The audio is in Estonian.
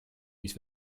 mis